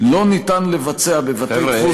לא ניתן לבצע בבתי-דפוס,